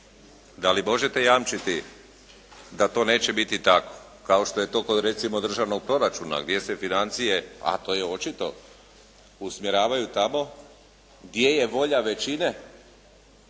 Da li možete jamčiti da to neće biti tako kao što je to recimo kod državnog proračuna, gdje se financije, a to je očito usmjeravaju tamo gdje je volja većine,